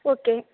okay